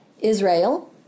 Israel